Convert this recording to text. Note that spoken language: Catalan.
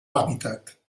hàbitat